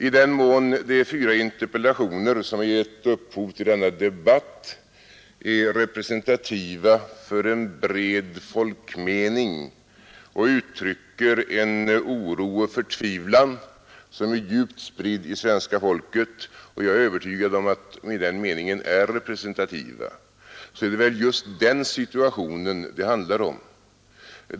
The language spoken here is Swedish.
I den mån de fyra interpellationer som givit upphov till denna debatt är representativa för en bred folkmening och uttrycker en oro och förtvivlan som är djupt spridd i svenska folket — och jag är övertygad om att de i den meningen är representativa — så är det väl just den situationen det handlar om.